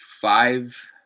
five